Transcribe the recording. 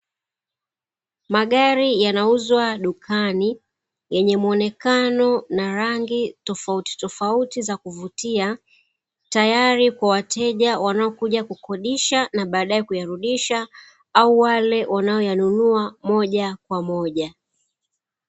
Magari yanauzwa dukani yenye muonekano na rangi tofautitofauti za kuvutia, tayari kwa wateja wanaokuja kukodisha na baadaye kuyarudisha au wale wanayoyanunua moja kwa moja.